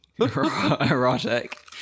erotic